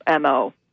MO